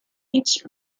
its